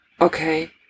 Okay